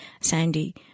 Sandy